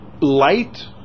light